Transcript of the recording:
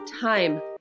Time